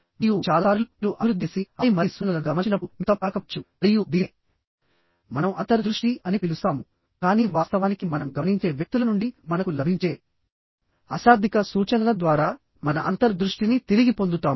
మరియు చాలా సార్లు మీరు అభివృద్ధి చేసిఆపై మరిన్ని సూచనలను గమనించినప్పుడు మీరు తప్పు కాకపోవచ్చు మరియు దీన్నే మనం అంతర్ దృష్టి అని పిలుస్తాముకానీ వాస్తవానికి మనం గమనించే వ్యక్తుల నుండి మనకు లభించే అశాబ్దిక సూచనల ద్వారా మన అంతర్ దృష్టిని తిరిగి పొందుతాము